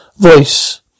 Voice